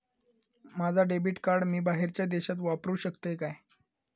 माझा debit card मी बाहेरच्या देशात वापरू शकतय काय?